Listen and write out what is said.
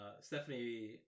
Stephanie